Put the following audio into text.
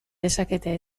dezakete